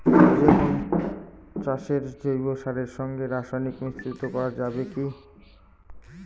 যে কোন চাষের সময় জৈব সারের সঙ্গে রাসায়নিক মিশ্রিত করা যাবে কি?